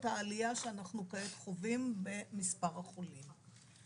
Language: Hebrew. את העלייה שאנחנו כעת חווים במספר החולים.